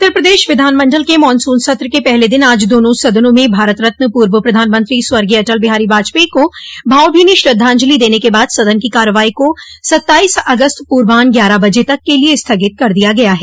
उत्तर प्रदेश विधानमंडल के मानसून सत्र के पहले दिन आज दोनों सदनों में भारत रत्न पूर्व प्रधानमंत्री स्वर्गीय अटल बिहारी वाजपेई को भावभीनी श्रद्धाजंलि देने के बाद सदन की कार्यवाही को सत्ताईस अगस्त पूर्वान्ह ग्यारह बजे तक के लिए स्थगित कर दिया गया है